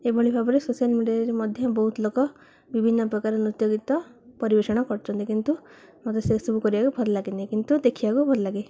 ଏଭଳି ଭାବରେ ସୋସିଆଲ୍ ମିଡ଼ିଆରେ ମଧ୍ୟ ବହୁତ ଲୋକ ବିଭିନ୍ନ ପ୍ରକାର ନୃତ୍ୟ ଗୀତ ପରିବେଷଣ କରିଛନ୍ତି କିନ୍ତୁ ମୋତେ ସେସବୁ କରିବାକୁ ଭଲ ଲାଗେନି କିନ୍ତୁ ଦେଖିବାକୁ ଭଲ ଲାଗେ